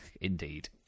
Indeed